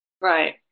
Right